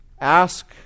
Ask